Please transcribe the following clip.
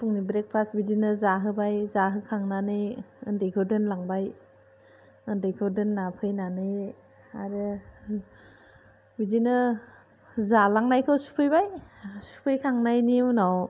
फुंनि बिदिनो ब्रेकफास्ट जाहोखांबाय जाहोखांनानै बिदिनो उन्दैखौ दोनलांबाय उन्दैखौ दोनना फैनानै आरो बिदिनो जालांनायखौ सुफैबाय सुफैखांनायनि उनाव